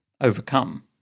overcome